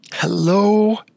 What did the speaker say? Hello